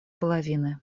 половины